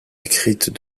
écrites